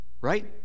Right